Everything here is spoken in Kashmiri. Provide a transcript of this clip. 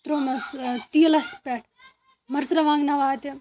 ترٛوومَس تیٖلَس پٮ۪ٹھ مَرژٕوانٛگنا واتہِ